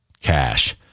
cash